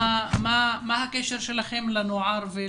מה הקשר שלכם לנוער?